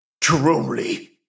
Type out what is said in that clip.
Truly